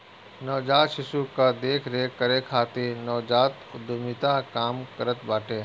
नवजात शिशु कअ देख रेख करे खातिर नवजात उद्यमिता काम करत बाटे